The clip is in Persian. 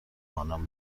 آنان